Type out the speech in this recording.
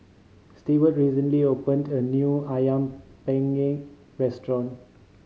Steward recently opened a new Ayam Panggang restaurant